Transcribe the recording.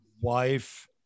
wife